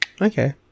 Okay